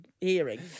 hearing